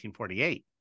1948